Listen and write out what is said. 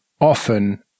often